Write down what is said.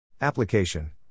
Application